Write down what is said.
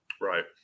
Right